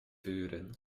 vuren